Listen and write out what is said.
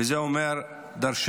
וזה אומר דורשני.